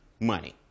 money